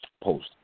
post